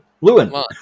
Lewin